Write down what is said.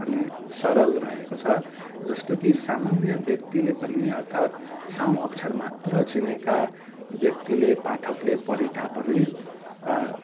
अनि सरल रहेको छ जस्तो कि सामान्य व्यक्तिले पनि अर्थात् साउँ अक्षर मात्र चिनेका व्यक्तिले पाठकले पढे तापनि